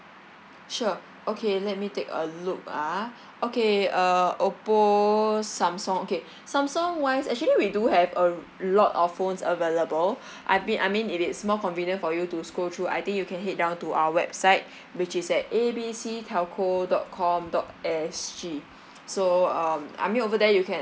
sure okay let me take a look ah okay uh oppo samsung okay samsung wise actually we do have a lot of phones available I mean I mean if it's more convenient for you to scroll through I think you can head down to our website which is at A B C telco dot com dot S G so um I mean over there you can